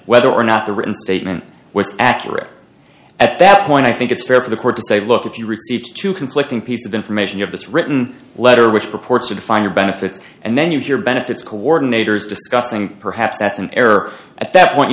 whether or not the written statement was accurate at that point i think it's fair for the court to say look if you received two conflicting piece of information of this written letter which purports to define your benefits and then use your benefits coordinators discussing perhaps that's an error at that point you